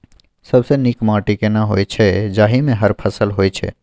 सबसे नीक माटी केना होय छै, जाहि मे हर फसल होय छै?